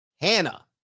Hannah